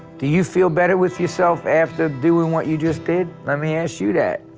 do you feel better with yourself after doing what you just did, let me ask you that,